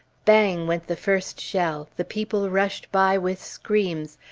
bang! went the first shell, the people rushed by with screams,